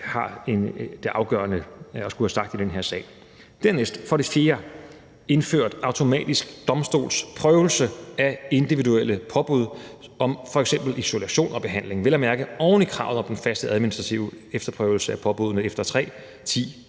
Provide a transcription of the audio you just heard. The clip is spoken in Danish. har det afgørende at skulle have sagt i den her sag. For det fjerde handler det om at indføre automatisk domstolsprøvelse af individuelle påbud om f.eks. isolation og behandling, vel at mærke oven i kravet om den faste, administrative efterprøvelse af påbuddene efter 3, 10,